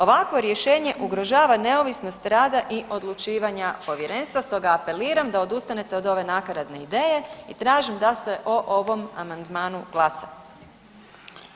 Ovakvo rješenje ugrožava neovisnost rada i odlučivanja Povjerenstva, stoga apeliram da odustanete od ove nakaradne ideje i tražim da se o ovom amandmanu glasa.